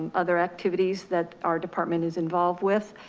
other activities that our department is involved with,